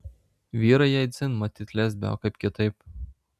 vyrai jai dzin matyt lesbė o kaip kitaip